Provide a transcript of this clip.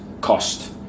cost